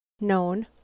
Known